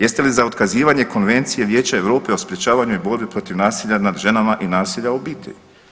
Jeste li za otkazivanje Konvencije Vijeća Europe o sprječavanju i borbi protiv nasilja nad ženama i nasilja u obitelji?